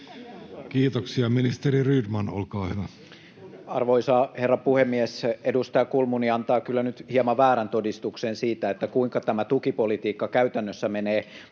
Zyskowicz: Nyt kuunnelkaa!] Arvoisa herra puhemies! Edustaja Kulmuni antaa kyllä nyt hieman väärän todistuksen siitä, kuinka tämä tukipolitiikka käytännössä menee, valitessaan